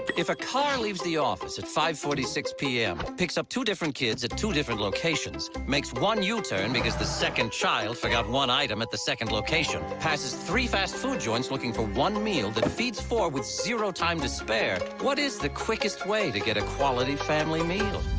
if a car leaves the office. at five forty six pm. picks up two different kids at two different locations. makes one u-turn because the second child forgot one item at the second location. passes three fast food joints looking for one meal. that feeds four with zero time to spare. what is the quickest way to get a quality family meal?